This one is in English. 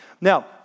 Now